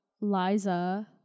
Liza